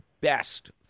best